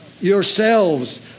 Yourselves